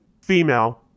Female